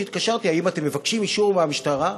התקשרתי: האם אתם מבקשים אישור מהמשטרה?